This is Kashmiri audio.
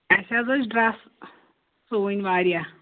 اَسہِ حظ ٲسۍ ڈرٛس سُوٕنۍ واریاہ